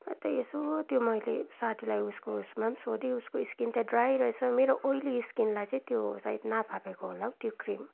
अन्त यसो त्यो मैले साथीलाई उसको उययमा सोधेँ उसको स्किन त ड्राइ रहेछ मेरो ओइली स्किनलाई चाहिँ त्यो सायद नफापेको होला हो त्यो क्रिम